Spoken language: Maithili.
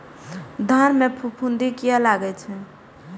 धान में फूफुंदी किया लगे छे?